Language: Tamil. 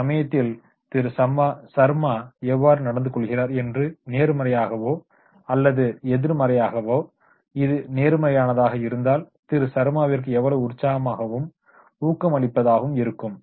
அந்த சமயத்தில் திரு சர்மா எவ்வாறு நடந்து கொள்கிறார் என்று நேர்மறையாகவா அல்லது எதிர்மறையாகவா இது நேர்மறையானதாக இருந்தால் திரு ஷர்மாவிற்கு எவ்வளவு உற்சாகமாகவும் ஊக்கம் அளிப்பதாகவும் இருக்கும்